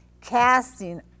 casting